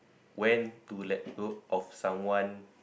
when to let go of someone